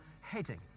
heading